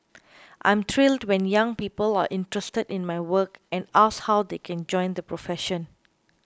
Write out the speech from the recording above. I am thrilled when young people are interested in my work and ask how they can join the profession